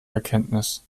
erkenntnis